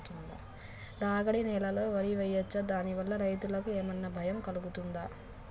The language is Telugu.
రాగడి నేలలో వరి వేయచ్చా దాని వల్ల రైతులకు ఏమన్నా భయం కలుగుతదా?